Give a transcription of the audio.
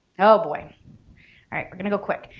oh boy, all right we're gonna go quick.